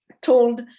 told